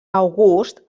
august